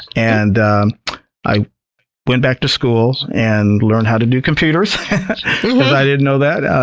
and i went back to school and learned how to do computers, cause i didn't know that.